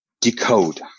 decode